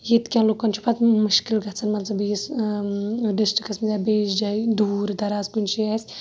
ییٚتہِ کٮ۪ن لُکَن چھُ پَتہٕ مُشکِل گَژھان مان ژٕ بیٚیِس ڈِسٹرکَس مَنٛز یا بیٚیِس جایہِ دوٗر دَراز کُنہِ جایہِ آسہِ